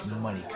money